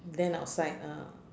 then outside ah